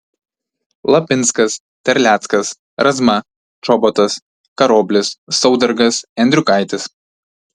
lapinskas terleckas razma čobotas karoblis saudargas endriukaitis